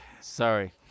Sorry